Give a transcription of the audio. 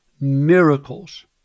miracles